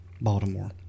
Baltimore